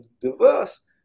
diverse